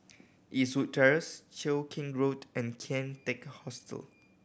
Eastwood Terrace Cheow Keng Road and Kian Teck Hostel